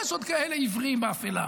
יש עוד כאלה עיוורים באפלה.